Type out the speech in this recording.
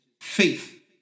faith